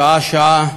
שעה-שעה,